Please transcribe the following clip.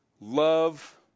love